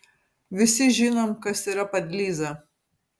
visi žinom kas yra padlyza